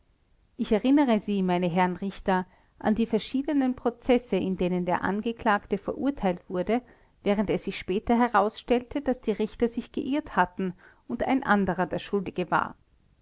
ich erinnere sie meine herren richter an die verschiedenen prozesse in denen der angeklagte verurteilt wurde während es sich später herausstellte daß die richter sich geirrt hatten und ein anderer der schuldige war